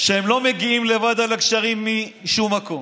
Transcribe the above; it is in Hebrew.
שהם לא מגיעים לבד אל הגשרים משום מקום.